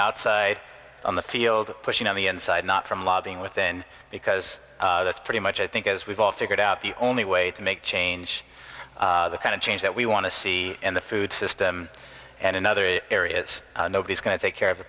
outside on the field pushing on the inside not from lobbying within because that's pretty much i think as we've all figured out the only way to make change the kind of change that we want to see in the food system and in other areas nobody's going to take care of the